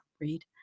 read